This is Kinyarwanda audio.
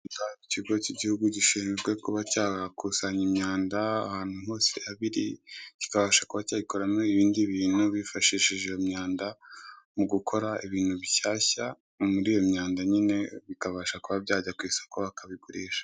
Ikigo cy'igihugu gishinzwe kuba cyakusanya imyanda ahantu hose yaba iri, kikabasha kuba cyayikoramo ibindi bintu bifashishije iyo myanda, mu gukora ibintu bishyashya muri iyo myanda nyine, bikabasha kuba byajya ku isoko bakabigurisha.